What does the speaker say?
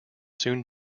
soon